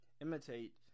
imitate